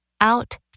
out